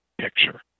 picture